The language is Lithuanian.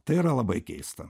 tai yra labai keista